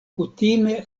kutime